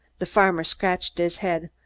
the farmer scratched his head.